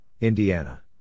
Indiana